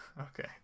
okay